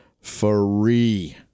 free